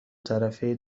طرفه